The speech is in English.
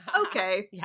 okay